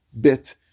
bit